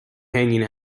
hanging